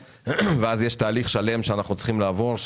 ואז יש תהליך שלם שאנחנו צריכים לעבור,